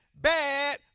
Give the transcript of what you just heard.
bad